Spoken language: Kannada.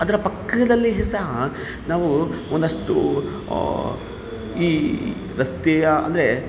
ಅದ್ರ ಪಕ್ಕದಲ್ಲಿಯೂ ಸಹ ನಾವು ಒಂದಷ್ಟು ಈ ರಸ್ತೆಯ ಅಂದರೆ